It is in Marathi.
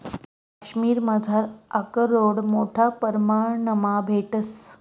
काश्मिरमझार आकरोड मोठा परमाणमा भेटंस